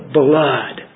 blood